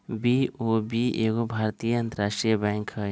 BOB एगो भारतीय अंतरराष्ट्रीय बैंक हइ